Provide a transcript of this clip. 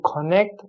connect